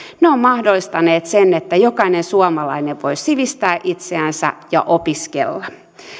kirjastot ovat mahdollistaneet sen että jokainen suomalainen voi sivistää itseänsä ja opiskella